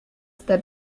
their